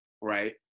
right